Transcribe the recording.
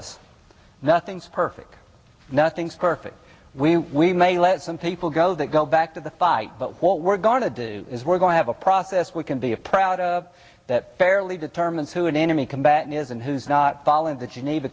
us nothing's perfect nothing's perfect we may let some people go that go back to the fight but what we're going to do is we're going to have a process we can be a proud of fairly determined to an enemy combatant is and who's not following the geneva